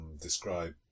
describe